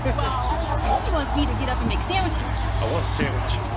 and well, he wants me to get up and make sandwiches. i want a sandwich.